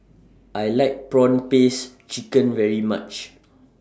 I like Prawn Paste Chicken very much